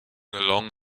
along